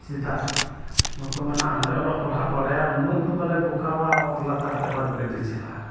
ᱪᱮᱫᱟᱜ ᱵᱟᱠᱩ ᱢᱮᱱᱟ ᱟᱞᱮ ᱚᱞᱚᱜ ᱯᱟᱲᱦᱟᱜ ᱵᱟᱰᱟᱭᱟ ᱩᱱᱟᱹᱜ ᱫᱚ ᱵᱟᱞᱮ ᱵᱚᱠᱟᱣᱟ ᱚᱛ ᱞᱟᱛᱟᱨ ᱛᱮ ᱟᱵᱟᱨ ᱜᱟᱹᱰᱤ ᱪᱟᱞᱟᱜᱼᱟ